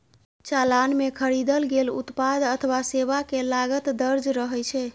चालान मे खरीदल गेल उत्पाद अथवा सेवा के लागत दर्ज रहै छै